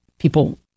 People